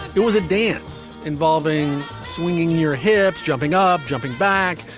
it was a dance involving swinging your hips, jumping ah off, jumping back,